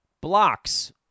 Blocks